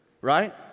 right